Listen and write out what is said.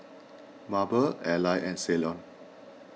Mable Alvy and Ceylon